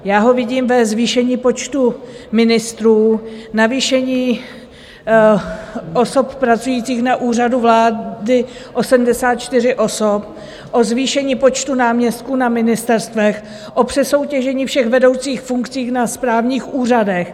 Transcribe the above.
Já ho vidím ve zvýšení počtu ministrů, v navýšení osob pracujících na Úřadu vlády o 74 osob, ve zvýšení počtu náměstků na ministerstvech, v přesoutěžení všech vedoucích funkcí na správních úřadech.